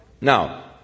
Now